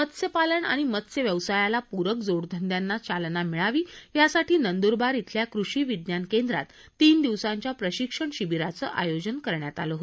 मत्स्य पालन आणि मत्स्य व्यवसायाला प्रक जोडधंद्याना चालना मिळावी यासाठी नंदुरबार श्रेल्या कृषी विज्ञान केंद्रात तीन दिवसांच्या प्रशिक्षण शिबीराचं आयोजन करण्यात आलं होतं